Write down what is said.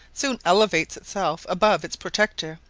soon elevates itself above its protector,